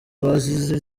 bazize